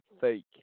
fake